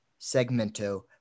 segmento